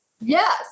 Yes